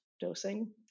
dosing